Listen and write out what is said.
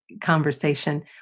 conversation